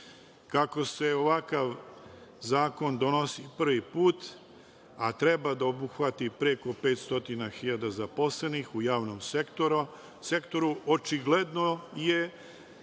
se ovakav zakon donosi prvi put, a treba da obuhvati preko 500.000 zaposlenih u javnom sektoru, očigledno je